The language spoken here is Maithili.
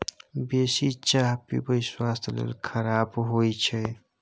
बेसी चाह पीयब स्वास्थ्य लेल खराप होइ छै